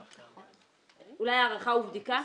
אולי "הערכה ובדיקה"?